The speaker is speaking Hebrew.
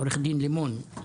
דוקטור לימון,